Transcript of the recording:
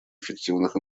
эффективных